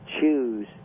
choose